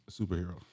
superhero